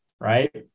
right